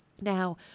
Now